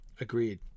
Agreed